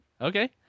Okay